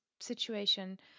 situation